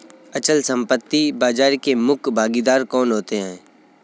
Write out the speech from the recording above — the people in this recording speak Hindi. अचल संपत्ति बाजार के मुख्य भागीदार कौन होते हैं?